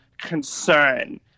concern